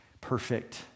perfect